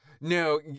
No